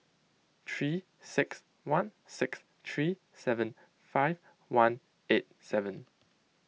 three six one six three seven five one eight seven